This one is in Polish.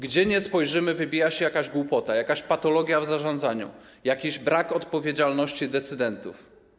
Gdziekolwiek spojrzymy, wybija się jakaś głupota, jakaś patologia w zarządzaniu, jakiś brak odpowiedzialności decydentów.